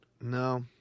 No